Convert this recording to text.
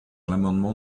l’amendement